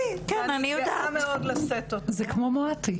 שאשא.